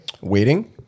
waiting